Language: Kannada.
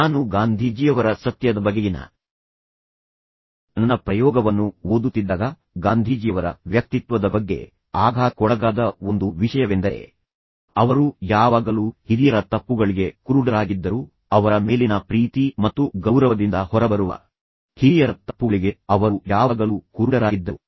ನಾನು ಗಾಂಧೀಜಿಯವರ ಸತ್ಯದ ಬಗೆಗಿನ ನನ್ನ ಪ್ರಯೋಗವನ್ನು ಓದುತ್ತಿದ್ದಾಗ ಗಾಂಧೀಜಿಯವರ ವ್ಯಕ್ತಿತ್ವದ ಬಗ್ಗೆ ಆಘಾತಕ್ಕೊಳಗಾದ ಒಂದು ವಿಷಯವೆಂದರೆ ಅವರು ಯಾವಾಗಲೂ ಹಿರಿಯರ ತಪ್ಪುಗಳಿಗೆ ಕುರುಡರಾಗಿದ್ದರು ಅವರ ಮೇಲಿನ ಪ್ರೀತಿ ಮತ್ತು ಗೌರವದಿಂದ ಹೊರಬರುವ ಹಿರಿಯರ ತಪ್ಪುಗಳಿಗೆ ಅವರು ಯಾವಾಗಲೂ ಕುರುಡರಾಗಿದ್ದರು